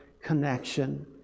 connection